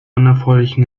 unerfreulichen